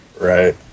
Right